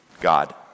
God